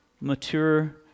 Mature